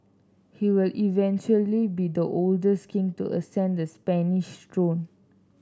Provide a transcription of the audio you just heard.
he will eventually be the oldest king to ascend the Spanish throne